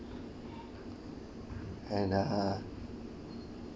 and uh